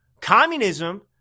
Communism